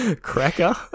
Cracker